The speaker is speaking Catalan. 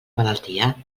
malaltia